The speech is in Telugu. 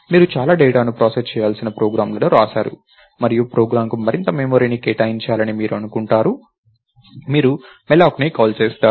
మీరు చాలా డేటాను ప్రాసెస్ చేయాల్సిన ప్రోగ్రామ్ను వ్రాశారు మరియు ప్రోగ్రామ్కు మరింత మెమరీని కేటాయించాలని మీరు కోరుకుంటారు మీరు malloc ని కాల్ చేస్తారు